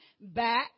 back